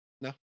No